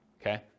okay